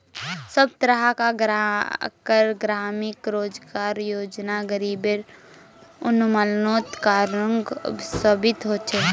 सब तरह कार ग्रामीण रोजगार योजना गरीबी उन्मुलानोत कारगर साबित होछे